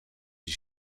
die